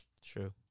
True